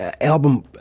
album